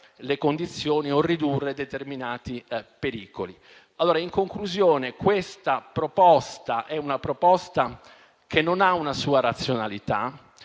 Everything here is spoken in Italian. le condizioni o ridurre determinati pericoli. In conclusione, questa proposta è una proposta che non ha una sua razionalità,